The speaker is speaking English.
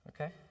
Okay